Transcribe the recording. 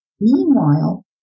Meanwhile